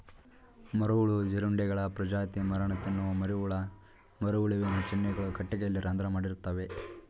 ಮರಹುಳು ಜೀರುಂಡೆಗಳ ಪ್ರಜಾತಿ ಮರನ ತಿನ್ನುವ ಮರಿಹುಳ ಮರಹುಳುವಿನ ಚಿಹ್ನೆಗಳು ಕಟ್ಟಿಗೆಯಲ್ಲಿ ರಂಧ್ರ ಮಾಡಿರ್ತವೆ